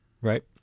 right